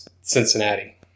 Cincinnati